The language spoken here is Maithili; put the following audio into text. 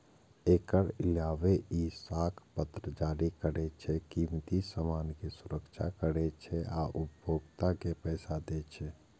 एकर अलावे ई साख पत्र जारी करै छै, कीमती सामान के सुरक्षा करै छै आ उपभोक्ता के पैसा दै छै